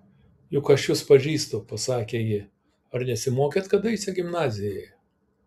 juk aš jus pažįstu pasakė ji ar nesimokėt kadaise gimnazijoje